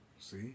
See